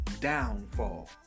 downfall